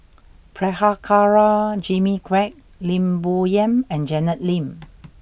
Prabhakara Jimmy Quek Lim Bo Yam and Janet Lim